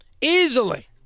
easily